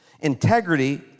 Integrity